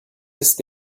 ist